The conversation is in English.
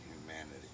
humanity